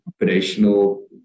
operational